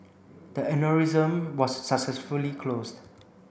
the aneurysm was successfully closed